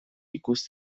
ikus